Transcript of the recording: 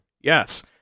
Yes